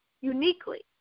uniquely